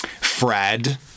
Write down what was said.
Fred